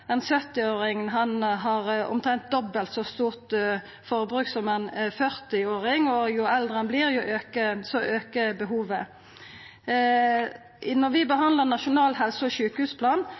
har omtrent dobbelt så stort forbruk som ein 40-åring, og jo eldre ein vert, jo meir aukar behovet. Da vi behandla Nasjonal helse- og sjukehusplan,